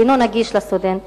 שאינו נגיש לסטודנטים.